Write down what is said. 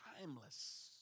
timeless